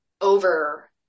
over